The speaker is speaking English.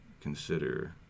consider